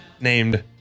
named